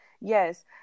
yes